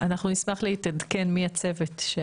אנחנו נשמח להתעדכן מי הצוות.